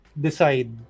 decide